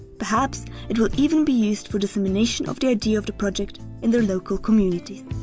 perhaps it will even be used for dissemination of the idea of the project in their local communities.